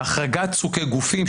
החרגת סוגי גופים,